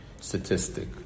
statistic